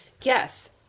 Yes